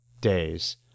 days